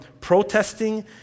protesting